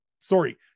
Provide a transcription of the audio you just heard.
sorry